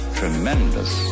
tremendous